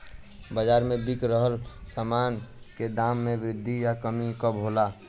बाज़ार में बिक रहल सामान के दाम में वृद्धि या कमी कब होला?